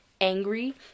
angry